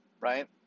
right